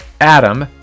Adam